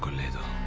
ah later